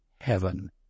heaven